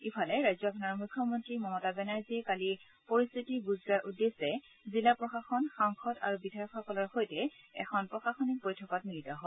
ইফালে ৰাজ্যখনৰ মুখ্যমন্ত্ৰী মমতা বেনাৰ্জীয়ে কালি পৰিস্থিতিৰ বুজ লোৱাৰ উদ্দেশ্যে জিলা প্ৰশাসন সাংসদ আৰু বিধায়কসকলৰ সৈতে এখন প্ৰশাসনিক বৈঠকত মিলিত হয়